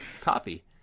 copy